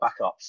backups